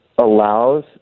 allows